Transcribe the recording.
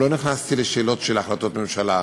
לא נכנסתי לשאלות של החלטות ממשלה,